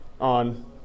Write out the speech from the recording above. on